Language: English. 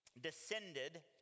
descended